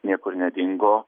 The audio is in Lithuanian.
niekur nedingo